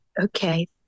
Okay